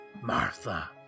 Martha